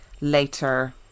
later